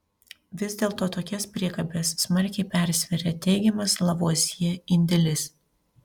vis dėlto tokias priekabes smarkiai persveria teigiamas lavuazjė indėlis